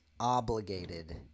Obligated